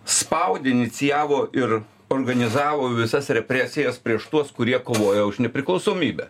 spaudė inicijavo ir organizavo visas represijas prieš tuos kurie kovojo už nepriklausomybę